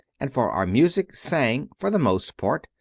and for our music sang, for the most part,